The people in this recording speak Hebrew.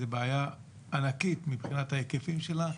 זו בעיה ענקית הזאת מבחינת ההיקפים שלה,